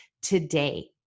today